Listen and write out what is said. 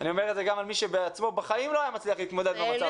אני אומר את זה גם על מי שבעצמו בחיים לא היה מצליח להתמודד עם המצב